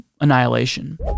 annihilation